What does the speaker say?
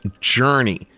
Journey